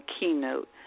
keynote